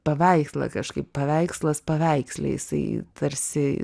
paveikslą kažkaip paveikslas paveiksle jisai tarsi